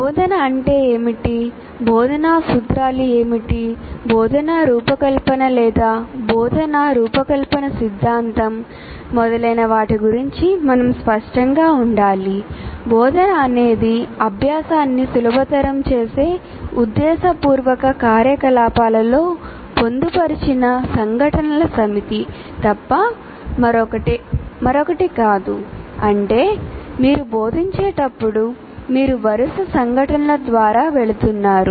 బోధన అంటే ఏమిటి బోధనా సూత్రాలు ఏమిటి బోధనా రూపకల్పన అనేది అభ్యాసాన్ని సులభతరం చేసే ఉద్దేశపూర్వక కార్యకలాపాలలో పొందుపరిచిన సంఘటనల సమితి తప్ప మరొకటి కాదు అంటే మీరు బోధించేటప్పుడు మీరు వరుస సంఘటనల ద్వారా వెళుతున్నారు